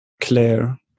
Claire